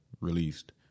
released